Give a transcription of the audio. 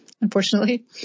Unfortunately